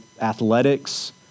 athletics